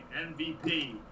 MVP